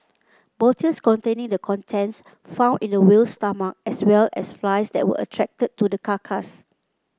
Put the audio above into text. bottles containing the contents found in the whale's stomach as well as flies that were attracted to the carcass